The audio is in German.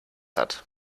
hat